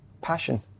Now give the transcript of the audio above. Passion